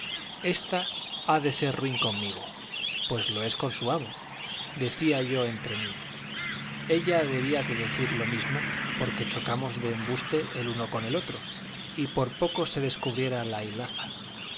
ésta ha de ser ruin conmigo pues lo es con su amo decía yo entre mí ella debía de decir lo mismo porque chocamos de embuste el uno con el otro y por poco se descubriera la hilaza